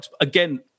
again